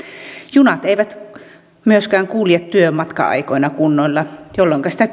junat eivät myöskään kulje työmatka aikoina kunnolla jolloinka sitä